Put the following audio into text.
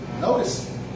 Notice